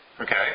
Okay